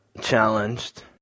challenged